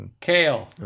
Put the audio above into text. Kale